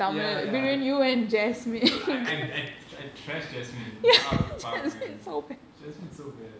ya ya dude I I I trashed jasmine out of the park man jasmine's so bad